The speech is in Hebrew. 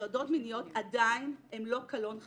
הטרדות מיניות עדיין הן לא קלון חברתי.